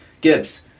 Gibbs